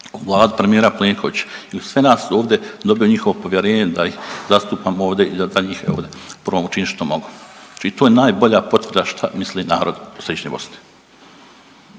vladu premijera Plenkovića i u sve nas ovdje dobio njihovo povjerenje da ih zastupam ovde i da za njih ovde probam učiniti što mogu. I to je najbolja potvrda šta misli narod središnje Bosne.